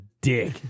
dick